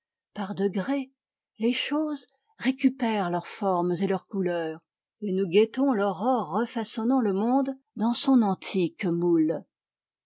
par degrés les choses récupèrent leurs formes et leurs couleurs et nous guettons l'aurore refaçonnant le monde dans son antique moule